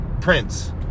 Prince